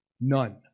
None